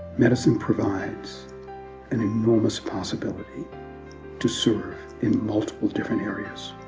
medicine provides an enormous possibility to serve in multiple different areas.